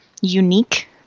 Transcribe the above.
unique